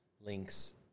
links